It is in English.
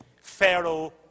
Pharaoh